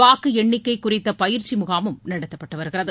வாக்கு எண்ணிக்கை குறித்த பயிற்சி முகாமும் நடத்தப்பட்டு வருகிறது